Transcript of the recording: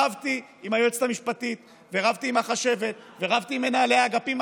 רבתי עם היועצת המשפטית ורבתי עם החשבת ורבתי עם מנהלי האגפים,